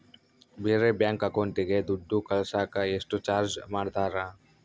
ಬೇರೆ ಬ್ಯಾಂಕ್ ಅಕೌಂಟಿಗೆ ದುಡ್ಡು ಕಳಸಾಕ ಎಷ್ಟು ಚಾರ್ಜ್ ಮಾಡತಾರ?